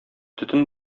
төтен